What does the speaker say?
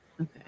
okay